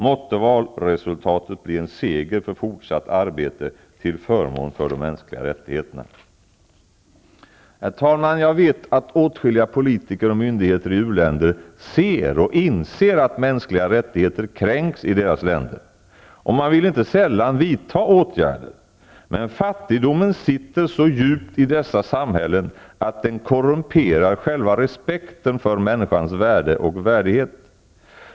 Måtte valresultatet bli en seger för fortsatt arbete till förmån för de mänskliga rättigheterna! Herr talman! Jag vet att åtskilliga politiker och myndigheter i u-länder ser och inser att mänskliga rättigheter kränks i deras länder. Och man vill inte sällan vidta åtgärder. Men fattigdomen sitter så djupt i dessa samhällen att den korrumperar själva respekten för människans värde och värdighet.